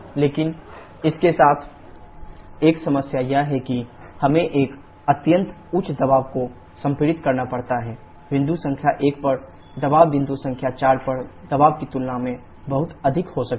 लेकिन इसके साथ एक समस्या यह है कि हमें एक अत्यंत उच्च दबाव को संपीड़ित करना पड़ता है बिंदु संख्या 1 पर दबाव बिंदु संख्या 4 पर दबाव की तुलना में बहुत अधिक हो सकता है